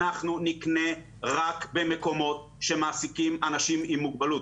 אנחנו נקנה רק במקומות שמעסיקים אנשים עם מוגבלות.